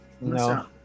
No